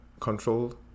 controlled